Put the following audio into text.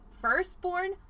firstborn